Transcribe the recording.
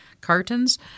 cartons